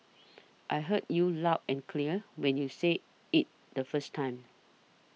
I heard you loud and clear when you said it the first time